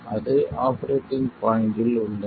அது ஆபரேட்டிங் பாய்ண்டில் உள்ளது